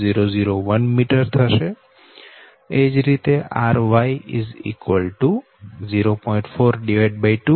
001 m તથા ry 0